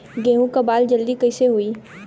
गेहूँ के बाल जल्दी कईसे होई?